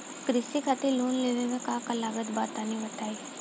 कृषि खातिर लोन लेवे मे का का लागत बा तनि बताईं?